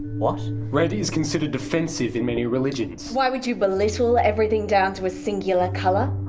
what? red is considered offensive in many religions. why would you belittle everything down to a singular color.